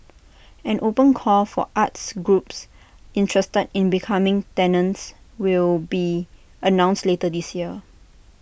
an open call for arts groups interested in becoming tenants will be announced later this year